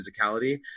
physicality